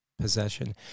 possession